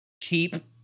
keep